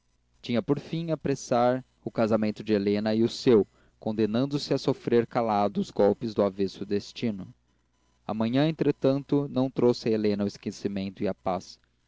tinha por fim apressar o casamento de helena e o seu condenando se a sofrer calado os golpes do avesso destino a manhã entretanto não trouxe a helena o esquecimento e a paz